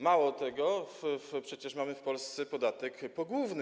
Mało tego, przecież mamy w Polsce podatek pogłówny.